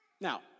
Now